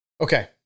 Okay